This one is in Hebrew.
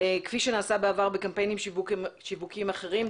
כפי שנעשה בעבר בקמפיינים שיווקיים אחרים,